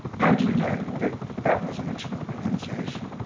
how do you know that that was original pronunciation?